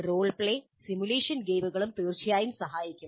role play simulation ഗെയിമുകളും തീർച്ചയായും സഹായിക്കും